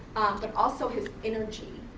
but also his energy,